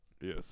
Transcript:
Yes